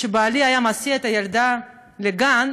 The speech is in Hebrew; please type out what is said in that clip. כשבעלי היה מסיע את הילדה לגן,